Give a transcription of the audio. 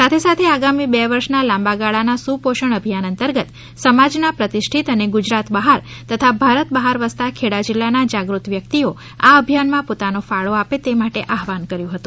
સાથે સાથે આગામી બે વર્ષના લાંબા ગાળાના સુપોષણ અભિયાન અંતર્ગત સમાજના પ્રતિષ્ઠિત અને ગુજરાત બહાર તથા ભારત બહાર વસતા ખેડા જિલ્લાના જાગૃત વ્યક્તિઓ આ અભિયાન માં પોતાનો ફાળો આપે તે માટે આહવાન કર્યું હતું